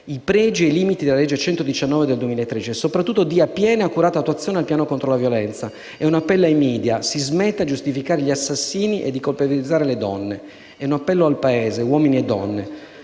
i pregi e i limiti della legge n. 119 del 2013 e, soprattutto, dia piena e accurata attuazione del piano contro la violenza. Un appello ai *media*: si smetta di giustificare gli assassini e di colpevolizzare le donne. Un appello al Paese, uomini e donne: